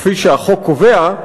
כפי שהחוק קובע,